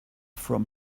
from